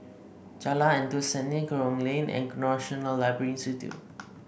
Jalan Endut Senin Kerong Lane and National Library Institute